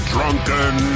Drunken